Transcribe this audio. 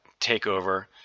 takeover